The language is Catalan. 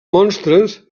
monstres